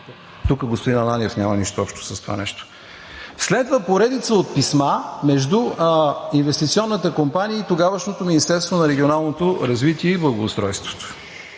Тук господин Ананиев няма нищо общо с това нещо. Следва поредица от писма между инвестиционната компания и тогавашното Министерство на регионалното развитие и благоустройството